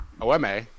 OMA